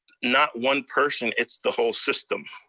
not one person, it's the whole system.